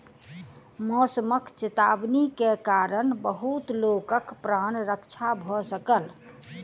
मौसमक चेतावनी के कारण बहुत लोकक प्राण रक्षा भ सकल